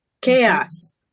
chaos